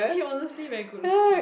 he honestly very good looking